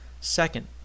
Second